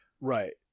right